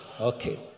Okay